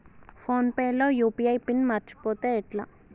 Phone pay లో UPI PIN మరచిపోతే ఎట్లా?